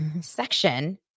section